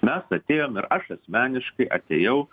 mes atėjom ir aš asmeniškai atėjau